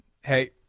hey